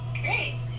Great